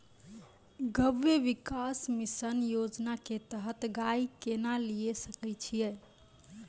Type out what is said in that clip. गव्य विकास मिसन योजना के तहत गाय केना लिये सकय छियै?